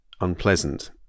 unpleasant